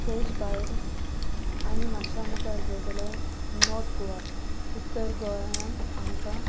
तेज भायर आनी माश्यां मुखार गेलो जाल्यार नॉर्थ गोवा उत्तर गोंयांत आमकां